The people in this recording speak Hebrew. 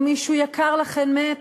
או שמישהו יקר לכם מת,